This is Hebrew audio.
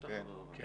כן.